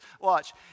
Watch